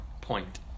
point